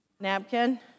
Napkin